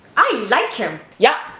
i like him! yep!